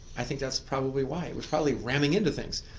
i think that's probably why, it was probably ramming into things.